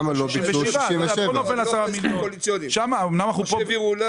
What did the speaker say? מה שהעבירו לנו